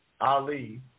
Ali